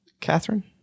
Catherine